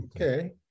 Okay